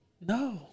No